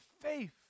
faith